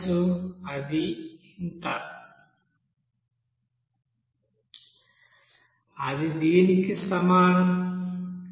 అది కి సమానం Cout